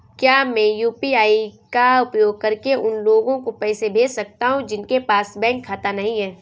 क्या मैं यू.पी.आई का उपयोग करके उन लोगों को पैसे भेज सकता हूँ जिनके पास बैंक खाता नहीं है?